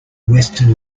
western